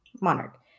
monarch